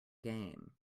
game